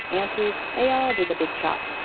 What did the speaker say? aunties, they all did the big chop,